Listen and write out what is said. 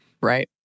right